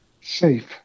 safe